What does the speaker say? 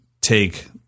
take